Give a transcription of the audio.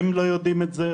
הם לא יודעים את זה,